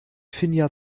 finja